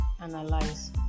analyze